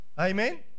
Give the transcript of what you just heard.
Amen